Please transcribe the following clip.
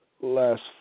Last